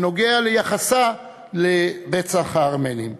בנוגע ליחסה לרצח הארמנים.